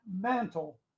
mantle